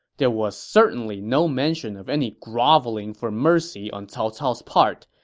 there was certainly no mention of any groveling for mercy on cao cao's part,